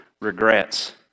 regrets